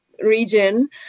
region